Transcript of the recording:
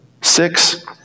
six